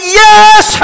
yes